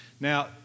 Now